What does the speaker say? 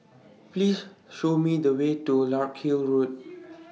Please Show Me The Way to Larkhill Road